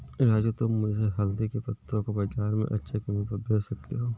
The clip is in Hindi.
राजू तुम मुझे हल्दी के पत्तों को बाजार में अच्छे कीमत पर बेच सकते हो